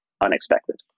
unexpected